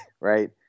right